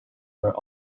were